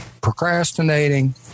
procrastinating